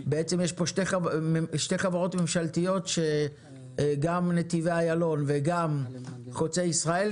בעצם יש כאן שתי חברות ממשלתיות שגם נתיבי אילון וגם חוצה ישראל,